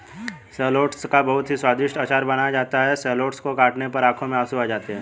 shallots का बहुत ही स्वादिष्ट अचार बनाया जाता है शैलोट्स को काटने पर आंखों में आंसू आते हैं